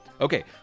Okay